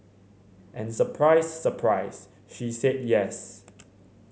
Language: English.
and surprise surprise she said yes